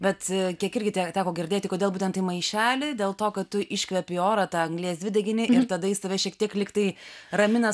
bet kiek irgi teko girdėti kodėl būtent į maišelį dėl to kad tu iškvepiu orą tą anglies dvideginį ir tada jis tave šiek tiek lyg tai ramina